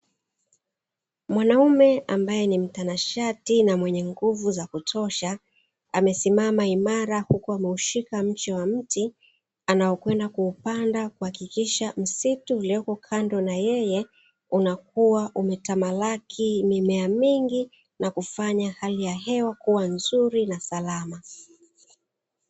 Mwanaume ambaye ni mtanashati na mwenye nguvu za kutosha amesimama imara huku ameushika mche wa mti anaokwenda kuupanda kuhakikisha msitu uliyoko kando na yeye unakuwa umetamalaki mimea mingi na kufanya hali ya hewa kuwa nzuri na salama.